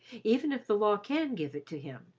even if the law can give it to him,